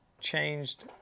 changed